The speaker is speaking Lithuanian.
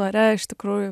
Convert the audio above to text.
ore iš tikrųjų